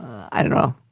i don't know.